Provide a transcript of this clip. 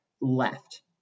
left